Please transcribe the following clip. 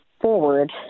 forward